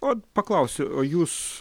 ot paklausiu o jūs